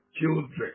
children